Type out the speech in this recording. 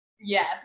yes